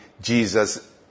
Jesus